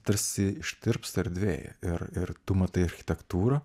tarsi ištirpsta erdvėj ir ir tu matai architektūrą